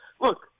Look